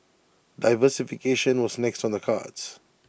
diversification was next on the cards